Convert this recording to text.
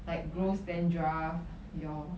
like gross dandruff your